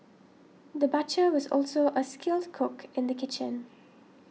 the butcher was also a skilled cook in the kitchen